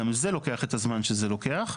גם זה לוקח את המזן שזה לוקח.